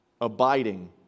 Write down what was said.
abiding